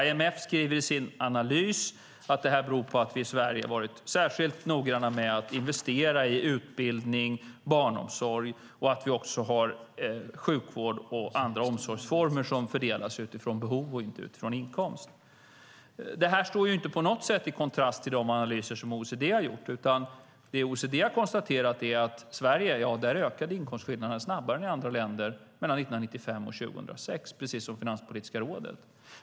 IMF skriver i sin analys att det beror på att vi i Sverige varit särskilt noggranna med att investera i utbildning och barnomsorg och att vi också har sjukvård och andra omsorgsformer som fördelas utifrån behov och inte utifrån inkomst. Det står inte på något sätt i kontrast till de analyser som OECD har gjort. Det OECD har konstaterat är att i Sverige ökade inkomstskillnaderna snabbare än i andra länder 1995-2006, precis som Finanspolitiska rådet säger.